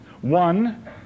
one